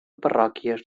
parròquies